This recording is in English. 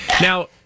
Now